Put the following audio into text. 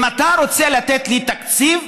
אם אתה רוצה לתת לי תקציב,